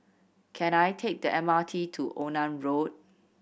can I take the M R T to Onan Road